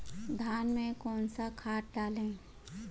धान में कौन सा खाद डालें?